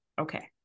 Okay